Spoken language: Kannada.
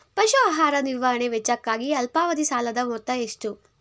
ಪಶು ಆಹಾರ ನಿರ್ವಹಣೆ ವೆಚ್ಚಕ್ಕಾಗಿ ಅಲ್ಪಾವಧಿ ಸಾಲದ ಮೊತ್ತ ಎಷ್ಟು?